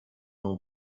non